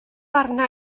arna